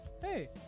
Hey